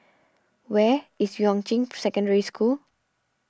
where is Yuan Ching Secondary School